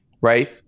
right